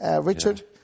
Richard